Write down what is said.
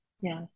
Yes